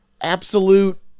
absolute